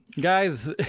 guys